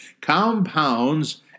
compounds